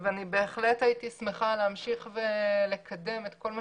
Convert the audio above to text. בהחלט הייתי שמחה להמשיך ולקדם את כל מה